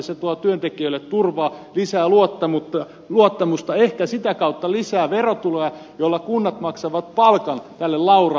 se tuo työntekijöille turvaa lisää luottamusta ehkä sitä kautta lisää verotuloja joilla kunnat maksavat palkan tälle laura lähihoitajalle